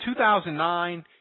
2009